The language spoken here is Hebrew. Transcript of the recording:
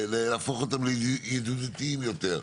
להפוך אותם לידידותיים יותר,